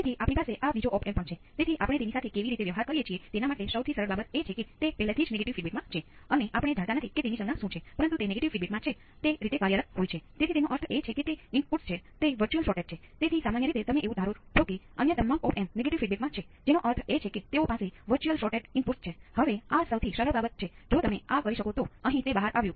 તેથી આ રીતે તમે પ્રારંભિક સ્થિતિઓ શોધી શકો છો